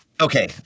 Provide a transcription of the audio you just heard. Okay